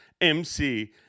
MC